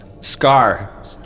Scar